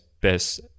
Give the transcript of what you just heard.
best